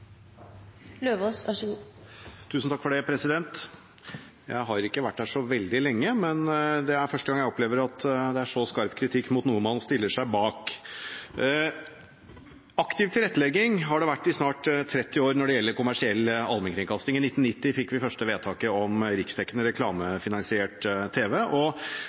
vært her så veldig lenge, men det er første gang jeg opplever at det er så skarp kritikk mot noe man stiller seg bak. Når det gjelder kommersiell allmennkringkasting, har det vært aktiv tilrettelegging i snart 30 år. I 1990 fikk vi det første vedtaket om riksdekkende reklamefinansiert tv, og